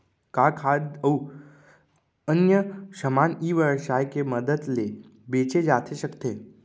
का खाद्य अऊ अन्य समान ई व्यवसाय के मदद ले बेचे जाथे सकथे?